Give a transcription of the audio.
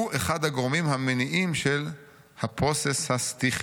הוא אחד הגורמים והמניעים של הפרוצס הסטיכי'.